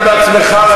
אתה בעצמך ראית,